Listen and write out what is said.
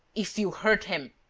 if you hurt him,